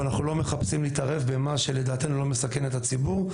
ואנחנו לא מחפשים להתערב במה שלדעתנו לא מסכן את הציבור,